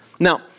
Now